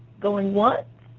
going once,